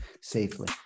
safely